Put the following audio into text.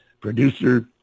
producer